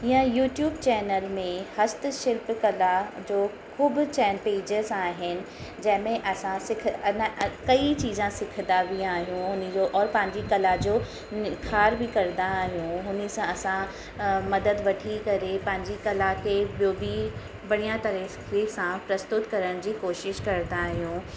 ईअं YouTube channel में हस्त शिल्प कला जो ख़ूबु चेन पेजिस आहिनि जंहिंमें असां सिख अना कई चीजां सिखंदा बि आहियूं उन जो औरि पंहिंजी कला जो निखार बी कंदा आहियूं हुन सां असां मदद वठी करे पंहिंजी कला खे ॿियो बि बढ़िया तरीक़े सां प्रस्तुत करण जी कोशिश कंदा आहियूं